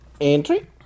Entry